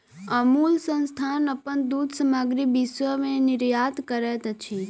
अमूल संस्थान अपन दूध सामग्री विश्व में निर्यात करैत अछि